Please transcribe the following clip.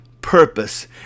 purpose